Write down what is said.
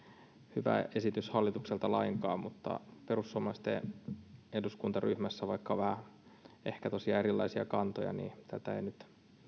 hyvä esitys hallitukselta lainkaan perussuomalaisten eduskuntaryhmässä on tosiaan vähän ehkä erilaisia kantoja mutta tätä ei nyt